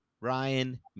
Ryan